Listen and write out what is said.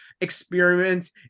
experiment